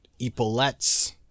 epaulettes